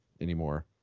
anymore